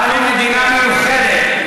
אנו מדינה מיוחדת,